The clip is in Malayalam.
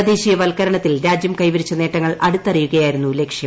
തദ്ദേശീയവൽക്കരണത്തിൽ രാജ്യം കൈവരിച്ച നേട്ടങ്ങൾ അടുത്തറിയുകയായിരുന്നു ലക്ഷ്യം